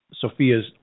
Sophia's